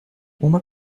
uma